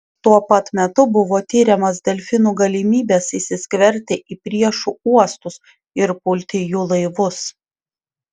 tuo pat metu buvo tiriamos delfinų galimybės įsiskverbti į priešų uostus ir pulti jų laivus